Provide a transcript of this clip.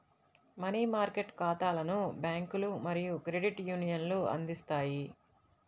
money market ఖాతాలను బ్యాంకులు మరియు క్రెడిట్ యూనియన్లు అందిస్తాయి